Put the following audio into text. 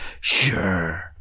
Sure